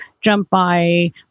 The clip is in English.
jump-by